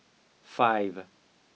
five